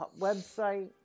website